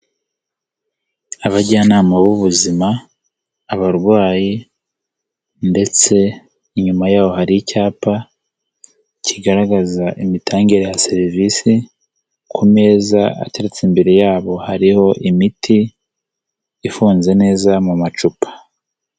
Abajyanama b'ubuzima, abarwayi ndetse inyuma yabo hari icyapa kigaragaza imitangire ya serivisi, ku meza ateretse imbere yabo hariho imiti ifunze neza mu macupa.